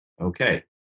okay